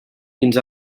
fins